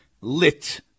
lit